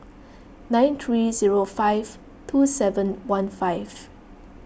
nine three zero five two seven one five